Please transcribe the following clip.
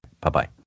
Bye-bye